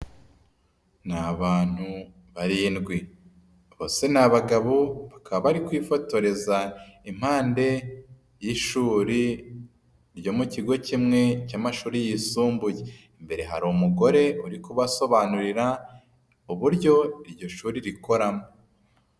Ni abantu barindwi bose ni abagabo bakaba bari kwifotoreza impande y'ishuri ryo mu kigo kimwe cy'amashuri yisumbuye, imbere hari umugore uri kubasobanurira uburyo iryo shuri rikoramo.